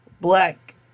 black